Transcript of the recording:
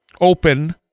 open